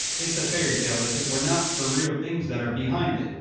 it's a fairy tale if it were not for real things that are behind it, and